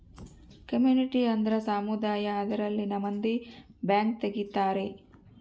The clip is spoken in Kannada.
ಕಮ್ಯುನಿಟಿ ಅಂದ್ರ ಸಮುದಾಯ ಅದರಲ್ಲಿನ ಮಂದಿ ಬ್ಯಾಂಕ್ ತಗಿತಾರೆ